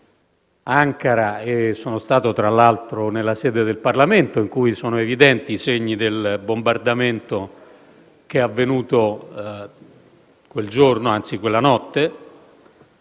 Ankara e sono stato, tra l'altro, nella sede del Parlamento in cui sono evidenti i segni del bombardamento che è avvenuto quella notte,